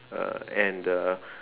uh and the